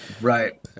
right